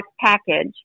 package